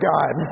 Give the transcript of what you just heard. God